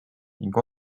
ning